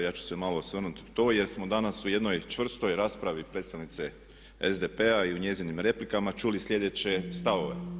Ja ću se malo osvrnuti na to jer smo danas u jednoj čvrstoj raspravi od predstavnice SDP-a i u njezinim replikama čuli sljedeće stavove.